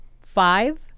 five